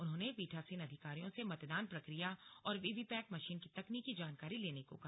उन्होंने पीठासीन अधिकारियों से मतदान प्रक्रिया और वीवीपैट मशीन की तकनीकी जानकारी लेने को कहा